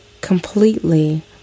completely